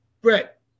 brett